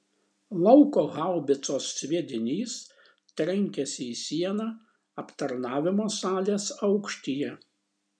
lauko haubicos sviedinys trenkėsi į sieną aptarnavimo salės aukštyje